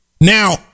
Now